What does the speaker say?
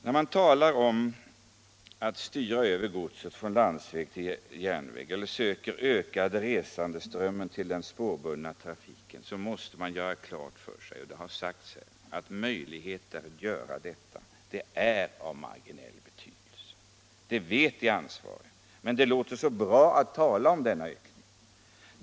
När man talar om att styra över godset från landsväg till järnväg eller söker öka resandeströmmen till den spårbundna trafiken måste man göra klart för sig att möjligheten att göra detta är av marginell betydelse. Det vet vi ansvariga, men det låter så bra att tala om denna ökning.